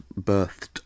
birthed